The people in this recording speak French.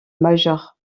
major